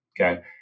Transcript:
Okay